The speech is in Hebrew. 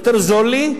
יותר זול לי,